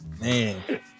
Man